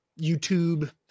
YouTube